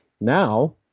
Now